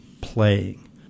playing